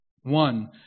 One